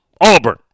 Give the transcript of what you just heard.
Auburn